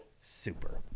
super